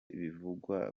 bivugwa